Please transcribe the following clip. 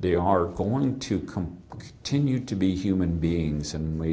they are going to come to new to be human beings and we